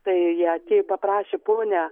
tai atėjo paprašė ponia